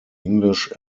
english